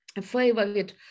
favorite